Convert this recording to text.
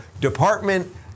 Department